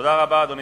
תודה רבה, אדוני